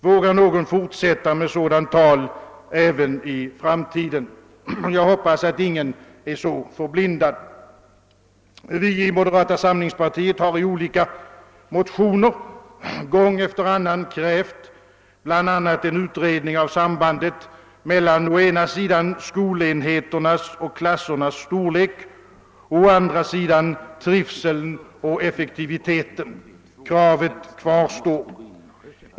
Vågar någon fortsätta med sådant tal även i framtiden? Jag hoppas att ingen är så förblindad. Vi i moderata samlingspartiet har i olika motioner gång efter annan krävt bl.a. en utredning av sambandet mellan å ena sidan skolenheternas och klassernas storlek och å andra sidan trivseln och effektiviteten. Kravet kvarstår.